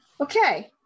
Okay